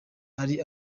ari